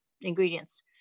ingredients